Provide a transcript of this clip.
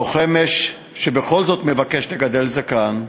לוחם אש שבכל זאת מבקש לגדל זקן,